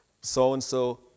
so-and-so